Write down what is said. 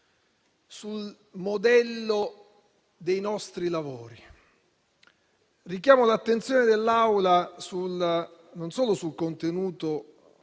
sul modello dei nostri lavori. Richiamo l'attenzione dell'Assemblea non solo sul contenuto